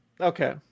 Okay